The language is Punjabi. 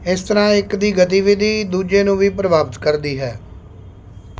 ਇਸ ਤਰ੍ਹਾਂ ਇੱਕ ਦੀ ਗਤੀਵਿਧੀ ਦੂਜੇ ਨੂੰ ਵੀ ਪ੍ਰਭਾਵਿਤ ਕਰਦੀ ਹੈ